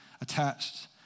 attached